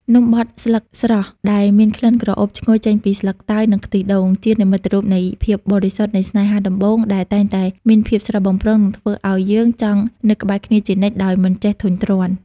នំបត់ស្លឹកស្រស់ដែលមានក្លិនក្រអូបឈ្ងុយចេញពីស្លឹកតើយ និងខ្ទិះដូង ជានិមិត្តរូបនៃភាពបរិសុទ្ធនៃស្នេហាដំបូង ដែលតែងតែមានភាពស្រស់បំព្រង និងធ្វើឱ្យយើងចង់នៅក្បែរគ្នាជានិច្ចដោយមិនចេះធុញទ្រាន់។